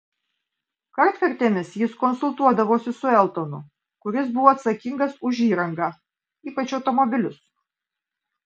kartkartėmis jis konsultuodavosi su eltonu kuris buvo atsakingas už įrangą ypač automobilius